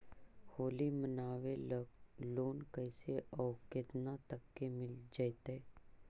होली मनाबे ल लोन कैसे औ केतना तक के मिल जैतै?